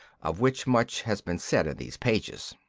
of which much has been said in these pages.